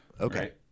Okay